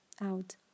out